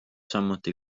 samuti